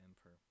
emperor